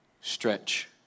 Stretch